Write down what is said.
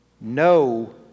no